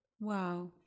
Wow